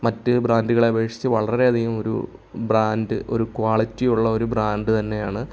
മറ്റ് ബ്രാൻഡുകളെ അപേക്ഷിച്ച് വളരെയധികം ഒരു ബ്രാൻഡ് ഒരു ക്വാളിറ്റി ഉള്ള ഒരു ബ്രാൻഡ് തന്നെയാണ്